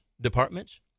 departments